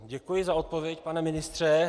Děkuji za odpověď, pane ministře.